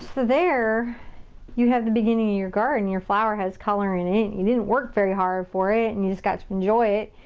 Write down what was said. there you have the beginning of your garden. your flower has color in it. you didn't work very hard for it, and you just got to enjoy it.